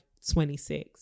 26